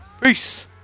Peace